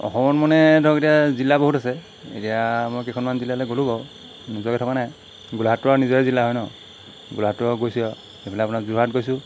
অসমৰ মানে ধৰক এতিয়া জিলা বহুত আছে এতিয়া মই কেইখনমান জিলালৈ গ'লোঁ বাৰু নোযোৱাকৈ থকা নাই গোলাঘাট নিজৰে জিলা হয় ন গোলাঘাটো আৰু গৈছোঁ আৰু এইফালে আপোনাক যোৰহাট গৈছোঁ